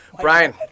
Brian